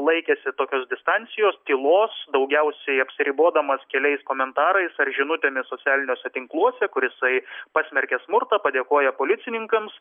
laikėsi tokios distancijos tylos daugiausiai apsiribodamas keliais komentarais ar žinutėmis socialiniuose tinkluose kur jisai pasmerkia smurtą padėkoja policininkams